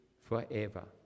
forever